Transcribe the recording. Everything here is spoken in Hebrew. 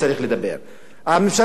הממשלה שאתה שותף לה,